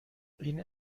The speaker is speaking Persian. این